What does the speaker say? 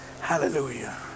Hallelujah